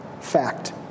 fact